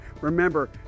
Remember